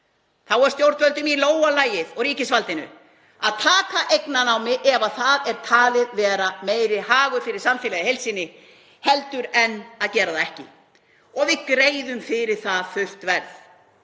þá er stjórnvöldum í lófa lagið og ríkisvaldinu að taka eignarnámi ef það er talinn vera meiri hagur fyrir samfélagið í heild sinni heldur en að gera það ekki. Og við greiðum fyrir það fullt verð.